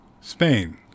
Spain